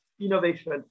innovation